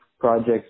projects